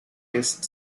east